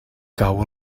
cau